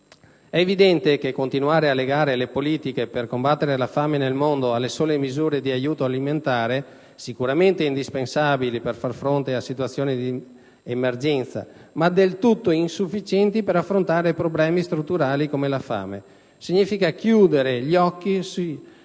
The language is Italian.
È evidente che continuare a legare le politiche per combattere la fame nel mondo alle sole misure di aiuto alimentare, sicuramente indispensabili per far fronte a situazioni di emergenza, ma del tutto insufficienti per affrontare problemi strutturali come la fame, significa chiudere gli occhi sia